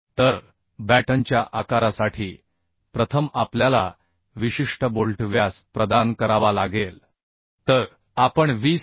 तर बॅटनच्या आकारासाठी प्रथम आपल्याला विशिष्ट बोल्ट व्यास प्रदान करावा लागेल तर आपण 20 मि